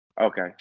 Okay